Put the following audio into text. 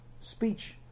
speech